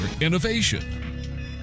innovation